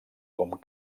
com